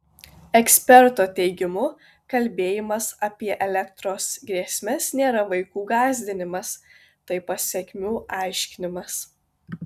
eksperto teigimu kalbėjimas apie elektros grėsmes nėra vaikų gąsdinimas tai pasekmių aiškinimas